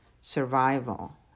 survival